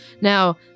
Now